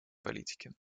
политики